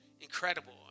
incredible